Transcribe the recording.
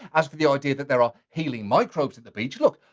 as for the idea that there are healing microbes in the beach, look,